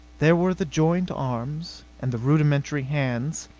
there were the jointed arms, and the rudimentary hands.